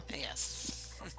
Yes